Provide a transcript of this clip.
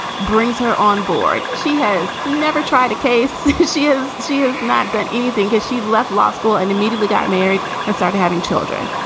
brings her on board. she has never tried a case. she is she has not done anything as she left law school and immediately got married and started having children.